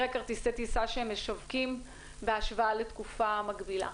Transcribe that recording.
כרטיסי הטיסה שהם משווקים בהשוואה לתקופה מקבילה.